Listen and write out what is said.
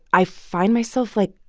i find myself, like,